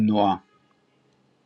תנועה